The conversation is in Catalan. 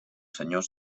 senyors